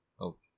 Okay